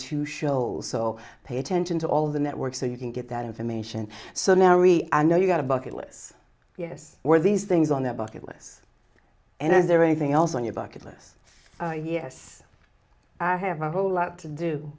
two shows so pay attention to all the networks so you can get that information so now we know you got a bucket list yes were these things on their bucket list and is there anything else on your bucket list yes i have a whole lot to do